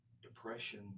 depression